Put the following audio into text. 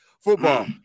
Football